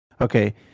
Okay